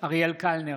אריאל קלנר,